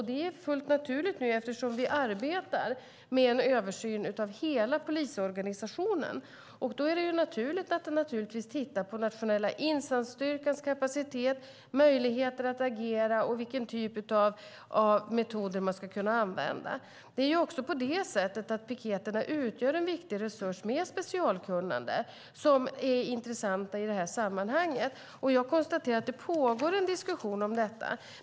Det är fullt naturligt, eftersom vi nu arbetar med en översyn av hela polisorganisationen. Det är naturligt att då titta på Nationella insatsstyrkans kapacitet, möjligheter att agera och vilken typ av metoder den ska kunna använda. Piketerna utgör en viktig resurs med specialkunnande som är intressant i sammanhanget. Jag konstaterar att det pågår en diskussion om detta.